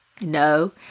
No